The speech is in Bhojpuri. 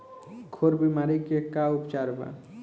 खुर बीमारी के का उपचार बा?